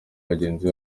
bagenzi